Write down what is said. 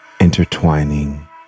intertwining